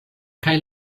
kaj